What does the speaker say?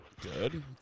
Good